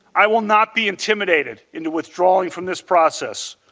i will not be intimidated into withdrawing from this process.